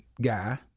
guy